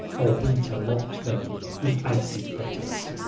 or winter locked them in icy fetters.